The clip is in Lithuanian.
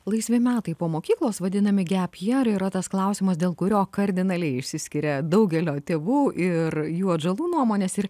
laisvi metai po mokyklos vadinami gep jier yra tas klausimas dėl kurio kardinaliai išsiskiria daugelio tėvų ir jų atžalų nuomonės ir